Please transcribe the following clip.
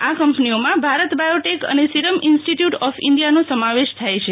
આ કંપનીઓમાં ભારત બાયોટેક અને સીરમ ઈન્સ્ટીય્યુટ ઓફ ઈન્ડિયાનો સમાવેશ થાય છે